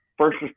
first